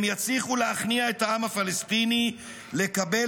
הם יצליחו להכניע את העם הפלסטיני לקבל